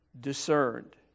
discerned